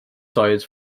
science